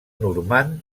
normand